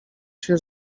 się